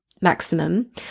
maximum